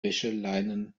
wäscheleinen